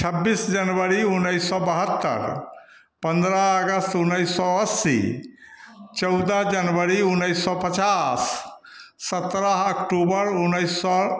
छब्बीस जनवरी उन्नीस सौ बहत्तर पन्द्रह अगस्त उन्नीस सौ अस्सी चौदह जनवरी उन्नीस सौ पचास सत्रह अक्टूबर उन्नीस सौ